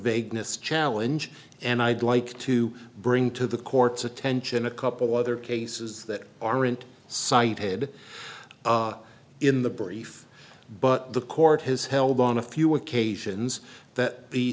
vagueness challenge and i'd like to bring to the court's attention a couple other cases that aren't cited in the brief but the court has held on a few occasions that